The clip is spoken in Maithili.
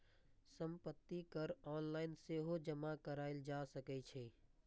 संपत्ति कर ऑनलाइन सेहो जमा कराएल जा सकै छै